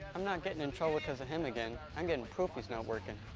i'm not getting in trouble because of him again. i'm getting proof he's not working.